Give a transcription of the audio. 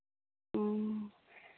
ᱚ